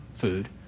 food